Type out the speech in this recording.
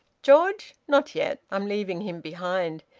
george? not yet. i'm leaving him behind.